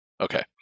Okay